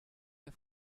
der